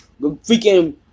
freaking